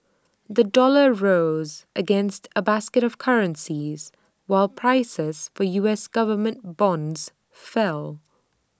the dollar rose against A basket of currencies while prices for U S Government bonds fell